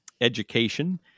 education